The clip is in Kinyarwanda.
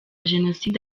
genocide